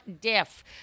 diff